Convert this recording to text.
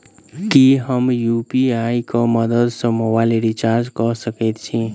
की हम यु.पी.आई केँ मदद सँ मोबाइल रीचार्ज कऽ सकैत छी?